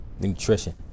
Nutrition